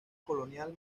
colonial